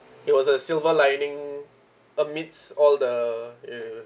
it was a silver lining amidst all the mm